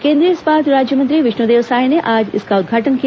केंद्रीय इस्पात राज्यमंत्री विष्णुदेव साय ने आज इसका उद्घाटन किया